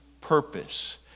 purpose